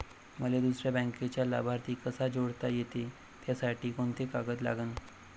मले दुसऱ्या बँकेचा लाभार्थी कसा जोडता येते, त्यासाठी कोंते कागद लागन?